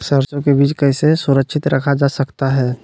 सरसो के बीज कैसे सुरक्षित रखा जा सकता है?